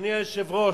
אדוני היושב-ראש,